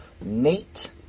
Nate